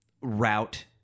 route